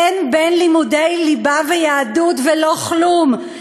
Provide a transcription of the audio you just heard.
אין בין לימודי ליבה ליהדות ולא כלום.